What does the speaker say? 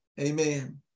Amen